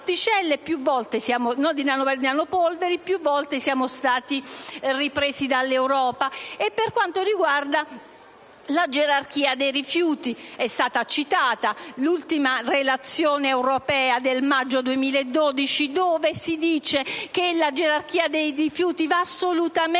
più volte siamo stati ripresi dall'Unione europea. Anche per quanto riguarda la gerarchia dei rifiuti, è stata citata l'ultima relazione europea del maggio 2012, là dove si afferma che la gerarchia dei rifiuti va assolutamente